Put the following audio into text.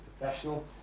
professional